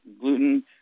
gluten